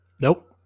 Nope